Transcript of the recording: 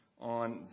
on